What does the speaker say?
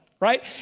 Right